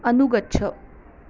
अनुगच्छ